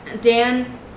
Dan